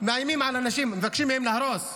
מאיימים על אנשים, מבקשים מהם להרוס.